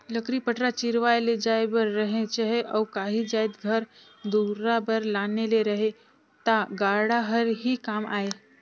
लकरी पटरा चिरवाए ले जाए बर रहें चहे अउ काही जाएत घर दुरा बर लाने ले रहे ता गाड़ा हर ही काम आए